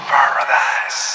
Paradise